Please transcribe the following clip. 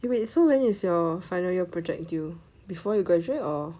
eh wait so when is your final year project due before you graduate or [what]